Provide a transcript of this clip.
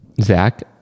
Zach